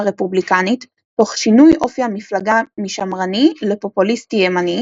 הרפובליקנית תוך שינוי אופי המפלגה משמרני לפופוליסטי-ימני,